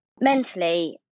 mentally